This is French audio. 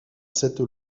cette